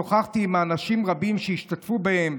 שוחחתי עם אנשים רבים שהשתתפו בהן,